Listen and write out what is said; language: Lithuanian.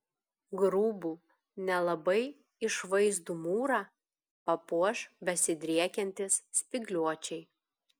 grubų nelabai išvaizdų mūrą papuoš besidriekiantys spygliuočiai